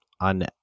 on